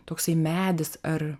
toksai medis ar